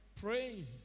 praying